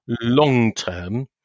long-term